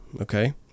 okay